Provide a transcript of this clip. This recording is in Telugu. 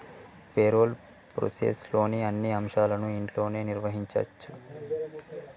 పేరోల్ ప్రాసెస్లోని అన్ని అంశాలను ఇంట్లోనే నిర్వహించచ్చు